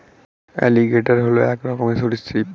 alligator হল এক রকমের সরীসৃপ